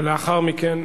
לאחר מכן,